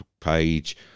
page